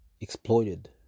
exploited